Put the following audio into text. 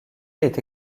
est